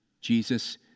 Jesus